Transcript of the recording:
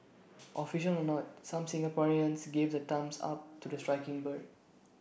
official or not some Singaporeans gave the thumbs up to the striking bird